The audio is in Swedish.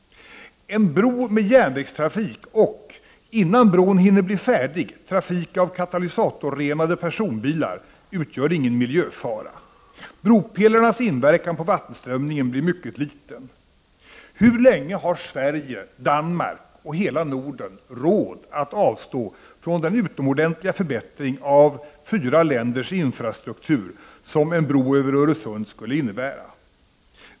En bro med järnvägstrafik och — innan bron hinner bli färdig — trafik av katalysatorrenade personbilar utgör ingen miljöfara. Bropelarnas inverkan på vattenströmningen blir mycket liten. Hur länge har Sverige, Danmark och hela Norden råd att avstå från den utomordentliga förbättring av fyra länders infrastruktur som en bro över Öresund skulle innebära?